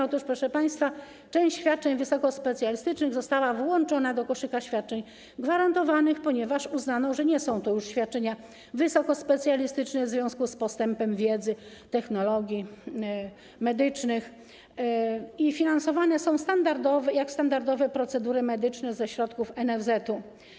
Otóż proszę państwa, część świadczeń wysokospecjalistycznych została włączona do koszyka świadczeń gwarantowanych, ponieważ uznano, że nie są to już świadczenia wysokospecjalistyczne w związku z postępem wiedzy i technologii medycznych i finansowane są jak standardowe procedury medyczne ze środków NFZ-etu.